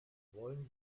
wollen